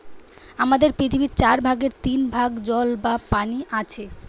আমাদের পৃথিবীর চার ভাগের তিন ভাগ জল বা পানি আছে